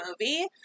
movie